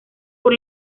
por